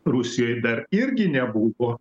rusijoj dar irgi nebuvo